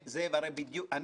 זאב קליין,